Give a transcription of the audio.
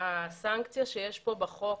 הסנקציה שיש פה בחוק,